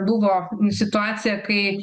buvo situacija kai